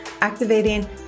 activating